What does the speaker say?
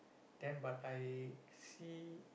then but I see